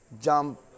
jump